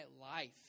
life